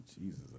Jesus